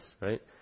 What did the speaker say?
Right